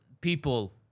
People